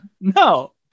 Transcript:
No